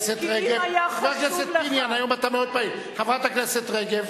את הפוליטיקאית הגדולה, חברת הכנסת רגב.